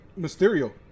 Mysterio